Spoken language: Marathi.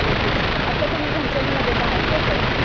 ओके सर आत्ता तुम्ही घनसोलीमध्येच आहात का सर